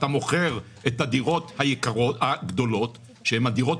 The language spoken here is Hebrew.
אתה מוכר את הדירות היקרות בגדולות שהם הדירות